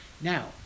Now